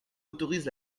autorise